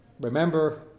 remember